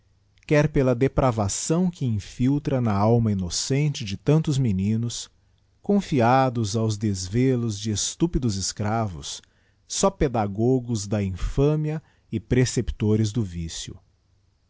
quer pela depravação que infiltra na alma innocente de tantos meninos confiados aos desvelos de estúpidos escravos só pedagogos da infâmia e preceptores do vicio